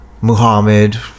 Muhammad